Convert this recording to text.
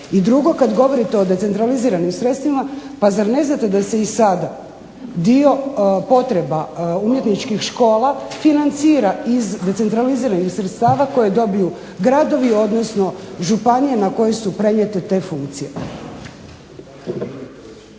I drugo, kad govorite o decentraliziranim sredstvima, pa zar ne znate da se i sada dio potreba umjetničkih škola financira iz decentraliziranih sredstava koje dobiju gradovi, odnosno županije na koje su prenijete te funkcije.